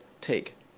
take